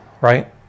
right